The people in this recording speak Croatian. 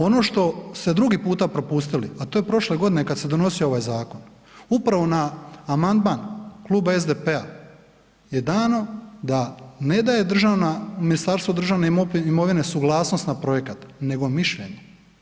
Ono što ste drugi puta propustili, a to je prošle godine kad se donosio ovaj zakon, upravo na amandman Kluba SDP-a je dano da ne daje državna, Ministarstvo državne imovine suglasnost na projekat, nego mišljenje.